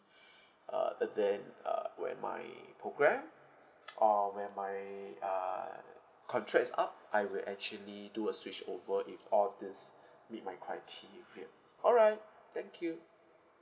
uh the~ then uh when my program or when my uh contract is up I will actually do a switch over if all these meet my criteria alright thank you